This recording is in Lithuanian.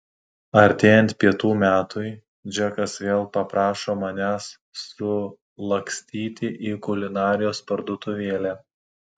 artėjant pietų metui džekas vėl paprašo manęs sulakstyti į kulinarijos parduotuvėlę